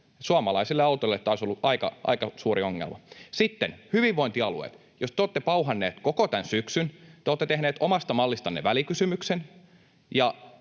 Suomalaisille autoilijoille tämä olisi aika suuri ongelma. Sitten hyvinvointialueet. Kun te olette pauhanneet koko tämän syksyn, te olette tehneet omasta mallistanne välikysymyksen